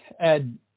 Ed